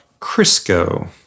Crisco